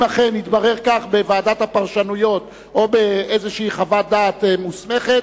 אם אכן יתברר כך בוועדת הפרשנויות או באיזושהי חוות דעת מוסמכת,